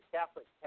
Catholic